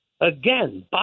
again